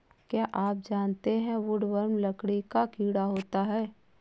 क्या आप जानते है वुडवर्म लकड़ी का कीड़ा होता है?